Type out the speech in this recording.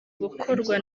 gukorwa